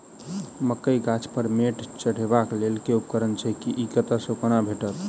मकई गाछ पर मैंट चढ़ेबाक लेल केँ उपकरण छै? ई कतह सऽ आ कोना भेटत?